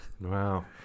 Wow